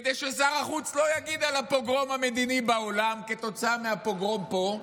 כדי ששר החוץ לא יגיד על הפוגרום המדיני בעולם כתוצאה מהפוגרום פה?